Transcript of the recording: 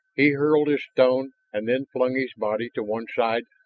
he hurled his stone and then flung his body to one side,